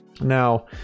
Now